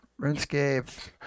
RuneScape